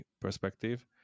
perspective